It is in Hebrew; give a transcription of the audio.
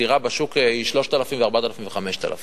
הדירה בשוק הוא 3,000 ו-4,000 ו-5,000 שקל.